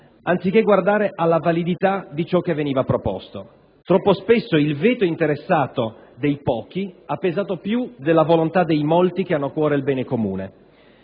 anziché guardare alla validità di ciò che veniva proposto. Troppo spesso il veto interessato dei pochi ha pesato più della volontà dei molti che hanno a cuore il bene comune.